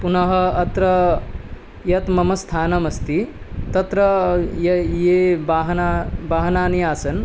पुनः अत्र यत् मम स्थानमस्ति तत्र ये ये वाहनानि आसन्